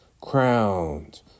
crowned